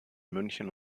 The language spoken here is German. münchen